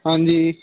ਹਾਂਜੀ